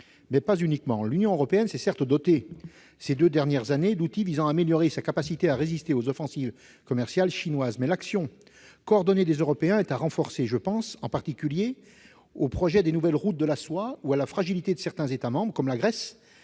dernières années, l'Union européenne s'est certes dotée d'outils visant à améliorer sa capacité à résister aux offensives commerciales chinoises, mais l'action coordonnée des Européens doit être renforcée. Je pense en particulier au projet des nouvelles routes de la soie ou à la fragilité de certains États membres comme la Grèce,